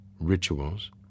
rituals